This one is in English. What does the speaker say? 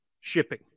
shipping